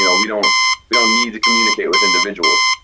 you know we don't we don't need to communicate with individuals.